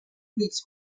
fruits